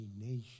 nation